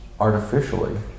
artificially